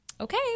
okay